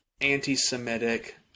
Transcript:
anti-Semitic